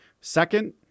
second